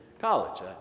college